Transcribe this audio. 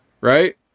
right